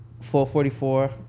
444